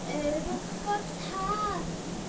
KYC এর জন্যে কি কি দস্তাবেজ প্রয়োজন?